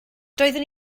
doeddwn